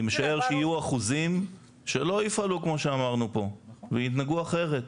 אני משער שיהיו אחוזים שלא יפעלו כמו שאמרנו פה וינהגו אחרת.